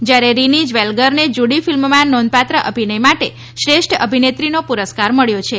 જયારે રીની જ્વેલગરને જૂડી ફિલ્મમાં નોંધપાત્ર અભિનય માટે શ્રેષ્ઠ અભિનેત્રીનો પુરસ્કાર મળ્યો છે